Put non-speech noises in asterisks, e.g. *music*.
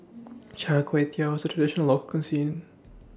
*noise* Char Kway Teow situation Local Cuisine